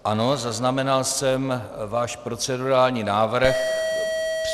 Ano, zaznamenal jsem váš procedurální návrh.